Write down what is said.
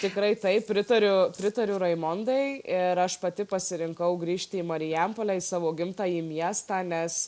tikrai taip pritariu pritariu raimondai ir aš pati pasirinkau grįžti į marijampolę į savo gimtąjį miestą nes